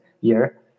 year